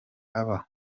aba